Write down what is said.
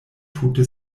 tute